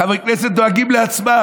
חברי הכנסת דואגים לעצמם.